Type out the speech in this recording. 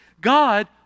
God